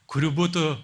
kurių butų